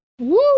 Woo